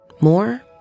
More